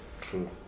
true